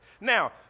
Now